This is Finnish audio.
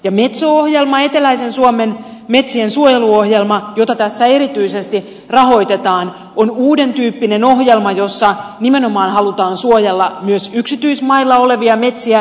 metso ohjelma eteläisen suomen metsien suojeluohjelma jota tässä erityisesti rahoitetaan on uudentyyppinen ohjelma jossa nimenomaan halutaan suojella myös yksityismailla olevia metsiä